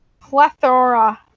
plethora